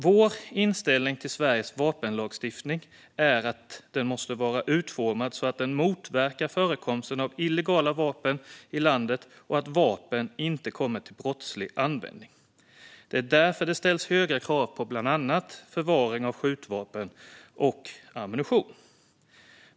Vår inställning till Sveriges vapenlagstiftning är att den måste vara utformad så att den motverkar förekomsten av illegala vapen i landet och att vapen inte kommer till brottslig användning. Det är därför som det ställs höga krav på bland annat förvaring av skjutvapen och ammunition.